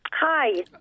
Hi